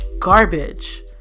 garbage